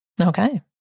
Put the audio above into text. Okay